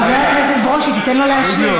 חבר הכנסת ברושי, תן לו להשיב.